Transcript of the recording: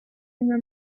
una